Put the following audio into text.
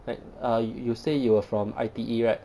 like err you say you were from I_T_E right